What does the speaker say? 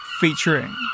featuring